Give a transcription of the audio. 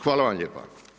Hvala vam lijepa.